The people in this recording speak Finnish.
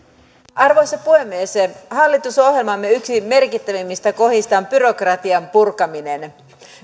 arvoisa puhemies hallitusohjelmamme yksi merkittävimmistä kohdista on byrokratian purkaminen